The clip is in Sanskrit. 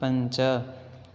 पञ्च